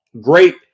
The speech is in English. great